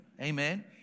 Amen